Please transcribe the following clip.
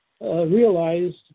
realized